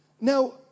Now